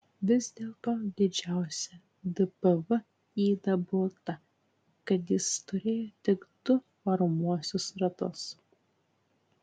vis dėl to didžiausia dpv yda buvo ta kad jis turėjo tik du varomuosius ratus